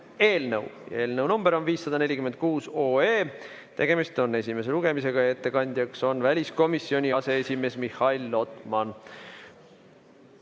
eelnõu. Eelnõu number on 546, tegemist on esimese lugemisega. Ettekandja on väliskomisjoni aseesimees Mihhail Lotman.